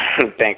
Thanks